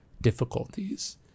difficulties